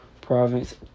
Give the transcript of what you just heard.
Province